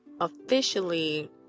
officially